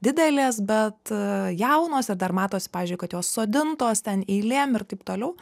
didelės bet jaunos ir dar matos pavyzdžiui kad jos sodintos ten eilėm ir taip toliau